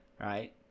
Right